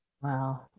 Wow